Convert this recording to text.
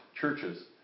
churches